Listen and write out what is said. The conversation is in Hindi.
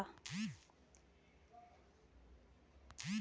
इस महीने मेरे खाते में कितनी बार लेन लेन देन हुआ है?